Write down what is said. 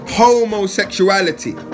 homosexuality